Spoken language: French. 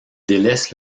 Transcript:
délaisse